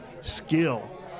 skill